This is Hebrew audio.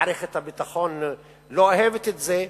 מערכת הביטחון לא אוהבת את זה,